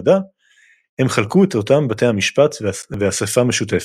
הם חלקו את אותם בתי המשפט ואספה משותפת.